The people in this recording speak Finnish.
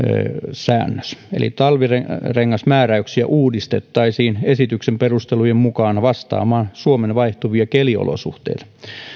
säännös eli talvirengasmääräyksiä uudistettaisiin esityksen perustelujen mukaan vastaamaan suomen vaihtuvia keliolosuhteita